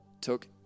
took